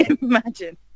Imagine